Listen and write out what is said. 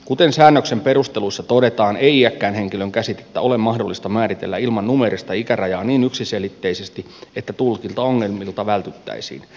kuten säännöksen perusteluissa todetaan ei iäkkään henkilön käsitettä ole mahdollista määritellä ilman numeerista ikärajaa niin yksiselitteisesti että tulkintaongelmilta vältyttäisiin